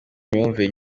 imyumvire